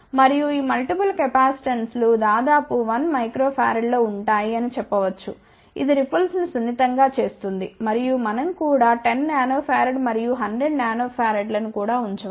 మరియు ఈ మల్టిపుల్ కెపాసిటెన్సులు దాదాపు 1 μF లో ఉంటాయి అని చెప్పవచ్చు ఇది రిపుల్స్ ను సున్నితం గా చేస్తుంది మరియు మనం కూడా 10 nF మరియు 100 pF ను కూడా ఉంచవచ్చు